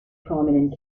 prominent